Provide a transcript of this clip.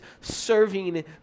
serving